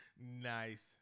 Nice